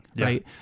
Right